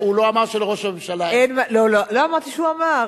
הוא לא אמר שלראש הממשלה אין, לא אמרתי שהוא אמר.